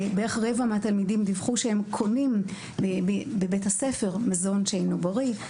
בערך רבע מהתלמידים דיווחו שהם קונים בבית הספר מזון שאינו בריא.